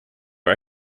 our